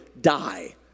die